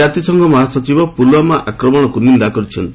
ଜାତିସଂଘ ମହାସଚିବ ପୁଲୱାମା ଆକ୍ରମଣକୁ ନିନ୍ଦା କରିଛନ୍ତି